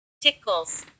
Tickles